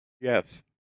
Yes